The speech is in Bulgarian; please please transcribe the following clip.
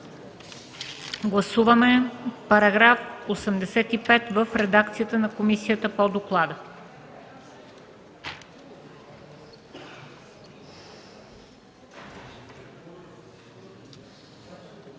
Гласуваме целия § 95а в редакцията на комисията по доклада.